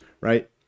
right